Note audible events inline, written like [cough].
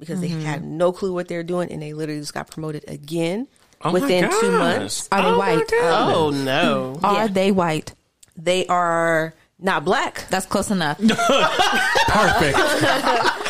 because they had Mhm. no clue what they were doing, and they literally just got promoted again Oh my within two gosh. months. Are they Oh my white? goodness. Oh, Um, no. Are yeah. they white? They are not black. That's close enough. [laughs] [laughs] Perfect. [laughs]